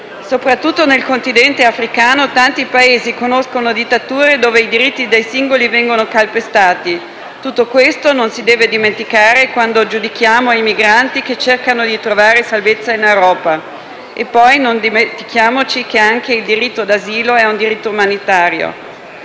Soprattutto nel continente africano, tanti Paesi conoscono dittature dove i diritti dei singoli vengono calpestati. Tutto questo non si deve dimenticare quando giudichiamo i migranti, che cercano di trovare salvezza in Europa: non dimentichiamo poi che anche il diritto d'asilo è un diritto umanitario.